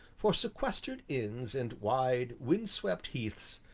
for sequestered inns and wide, wind-swept heaths,